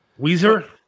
Weezer